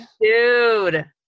Dude